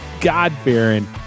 God-fearing